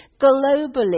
globally